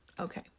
Okay